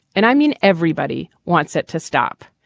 and i mean, everybody wants it to stop.